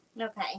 Okay